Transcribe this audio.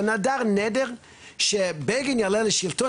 הוא נדר נדר שכאשר בגין יעלה לשלטון,